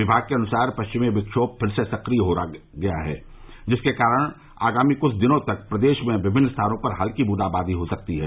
विभाग के अनुसार पश्चिमी विक्षोभ फिर से सक्रिय हो गया है जिसके कारण आगामी कुछ दिनों तक प्रदेश में विभिन्न स्थानों पर हल्की बूंदावादी हो सकती है